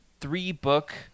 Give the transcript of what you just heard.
three-book